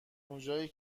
اونجایی